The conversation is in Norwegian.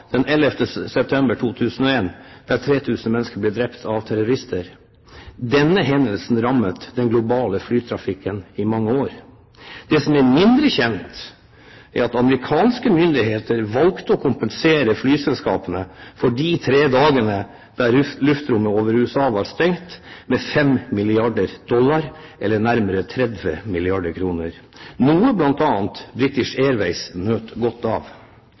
den 11. september 2001, der 3 000 mennesker ble drept av terrorister. Denne hendelsen rammet den globale flytrafikken i mange år. Det som er mindre kjent, er at amerikanske myndigheter valgte å kompensere flyselskapene for de tre dagene luftrommet over USA var stengt, med 5 milliarder dollar, eller nærmere 30 milliarder kr, noe bl.a. British Airways nøt godt av.